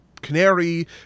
Canary